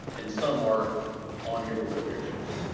and some are on here with the pictures.